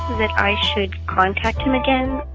that i should contact him again.